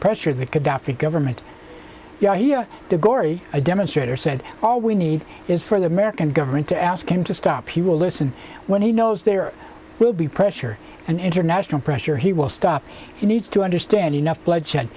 pressure that gadhafi government you hear the gory a demonstrator said all we need is for the american government to ask him to stop he will listen when he knows there will be pressure and international pressure he will stop he needs to understand enough bloodshed